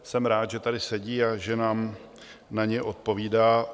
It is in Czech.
Jsem rád, že tady sedí a že nám na ně odpovídá.